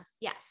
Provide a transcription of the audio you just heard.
yes